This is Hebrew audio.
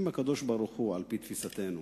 אם הקדוש-ברוך-הוא, על-פי תפיסתנו,